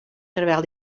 terwijl